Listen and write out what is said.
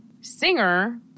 singer